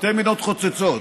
שתי מדינות חוצצות,